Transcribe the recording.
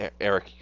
Eric